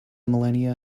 millenia